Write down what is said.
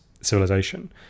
civilization